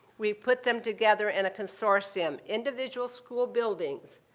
we put them together in a consortium. individual school buildings,